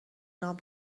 نام